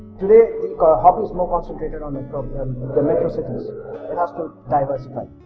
today the hobby is more concentrated on the the metro cities it has to diversify.